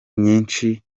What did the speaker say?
nyinshi